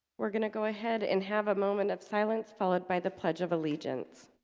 we're gonna go ahead and have a moment of silence followed by the pledge of allegiance